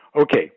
okay